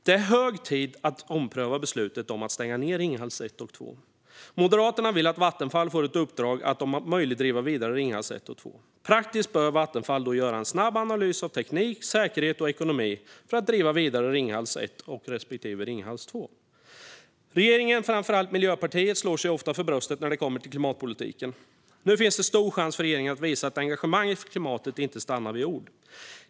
Det är hög tid att ompröva beslutet att stänga Ringhals 1 och 2. Moderaterna vill att Vattenfall ska få i uppdrag att om möjligt driva vidare Ringhals 1 och 2. Praktiskt bör Vattenfall då göra en snabb analys av teknik, säkerhet och ekonomi när det gäller att driva vidare Ringhals 1 och 2. Regeringen och framför allt Miljöpartiet slår sig ofta för bröstet när det kommer till klimatpolitiken. Nu finns det stor chans för regeringen att visa att engagemanget för klimatet inte stannar vid ord.